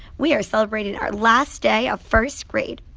we are celebrating our last day of first grade.